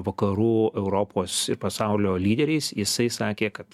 vakarų europos ir pasaulio lyderiais jisai sakė kad